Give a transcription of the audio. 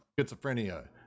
schizophrenia